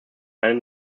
ein